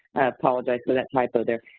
apologize for that typo there.